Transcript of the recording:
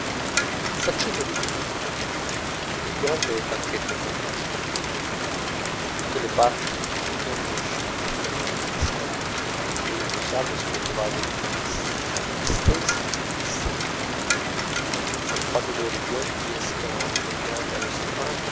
si accendono i primi lumi il grande banchetto comincia da tutte le parti tintinnano e scintillano i cristalli e le posate sulle tovaglie bianchissime distese in vista di tutti zaffate d'odori ghiotti escono dai grandi restaurants